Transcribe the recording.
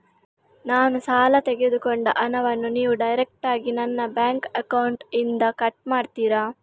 ನಾನು ಸಾಲ ತೆಗೆದುಕೊಂಡ ಹಣವನ್ನು ನೀವು ಡೈರೆಕ್ಟಾಗಿ ನನ್ನ ಬ್ಯಾಂಕ್ ಅಕೌಂಟ್ ಇಂದ ಕಟ್ ಮಾಡ್ತೀರಾ?